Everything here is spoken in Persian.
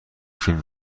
فیلم